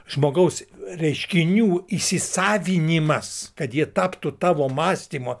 žmogaus reiškinių įsisavinimas kad jie taptų tavo mąstymo